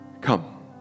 Come